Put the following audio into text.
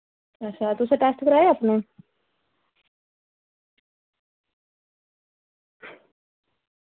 अच्छा तुसें टैस्ट कराया अपना